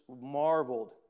marveled